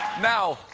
now,